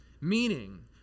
Meaning